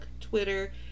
Twitter